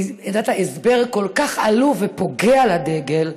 נתת הסבר כל כך עלוב ופוגע לדגל,